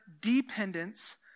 dependence